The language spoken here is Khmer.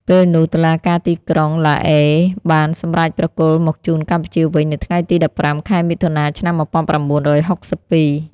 ពេលនោះ តុលាការទីក្រុងឡាអេបានសម្រេចប្រគល់មកជូនកម្ពុជាវិញនៅថ្ងៃទី១៥ ខែមិថុនា ឆ្នាំ១៩៦២។